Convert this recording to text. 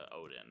Odin